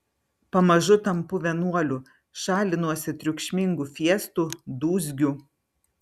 pamažu tampu vienuoliu šalinuosi triukšmingų fiestų dūzgių